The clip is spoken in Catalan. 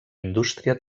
indústria